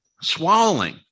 swallowing